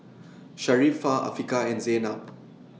Sharifah Afiqah and Zaynab